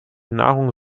nahrung